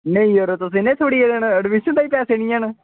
नेईं यरो तुस इन्नी थुड़ी गेदे ऐडमिशन ताईं बी पैसे निं हैन